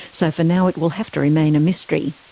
so for now it will have to remain a mystery.